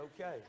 okay